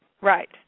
Right